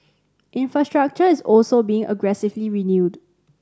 infrastructure is also being aggressively renewed